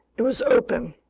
it was open.